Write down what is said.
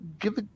Give